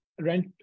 rent